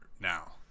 now